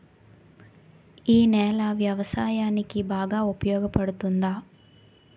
ఈ నేల వ్యవసాయానికి బాగా ఉపయోగపడుతుందా?